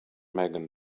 megan